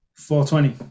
420